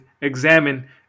examine